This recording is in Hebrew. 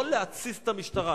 לא להתסיס את המשטרה.